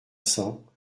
cents